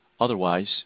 Otherwise